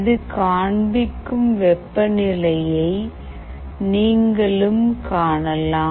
இது காண்பிக்கும் வெப்பநிலையை நீங்களும் காணலாம்